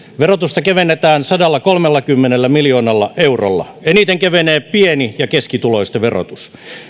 verotusta kevennetään sadallakolmellakymmenellä miljoonalla eurolla eniten kevenee pieni ja keskituloisten verotus